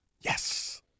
Yes